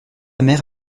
mère